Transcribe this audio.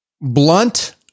Blunt